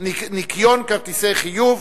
ניכיון כרטיסי חיוב).